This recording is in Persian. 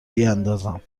بیاندازم